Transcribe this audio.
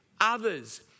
others